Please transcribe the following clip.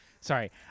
sorry